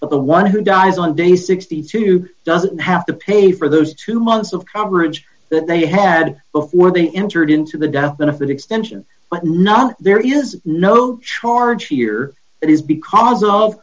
but the one who dies on day sixty two doesn't have to pay for those two months of coverage that they had before they entered into the death benefit extension but not there is no charge here it is because of